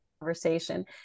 conversation